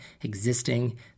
existing